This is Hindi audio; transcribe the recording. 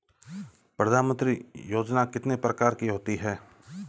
प्रधानमंत्री योजना कितने प्रकार की होती है?